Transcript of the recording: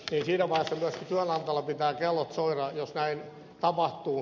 siinä vaiheessa myöskin työnantajalla pitää kellojen soida jos näin tapahtuu